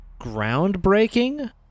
groundbreaking